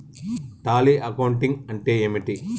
Tally accounting అంటే ఏమిటి?